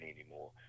anymore